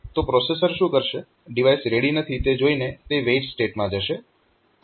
તો પ્રોસેસર શું કરશે ડિવાઇસ રેડી નથી તે જોઈને તે વેઈટ સ્ટેટમાં જશે